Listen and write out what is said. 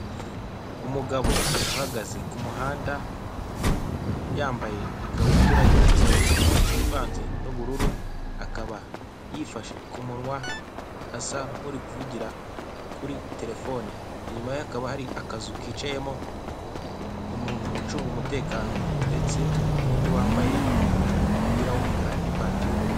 Umugabo uhagaze kumuhanda yambaye ikabutura y'umweru ivanze n'ubururu akaba yifashe kumunwa asa nk'uri kuvugira kuri telefoni, inyuma ye hakaba hari akazu kicayemo umuntu ucunga umutekano ndetse n'undi wambaye umupira w'umukara n'ipantaro y'ubururu.